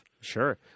Sure